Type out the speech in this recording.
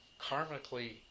karmically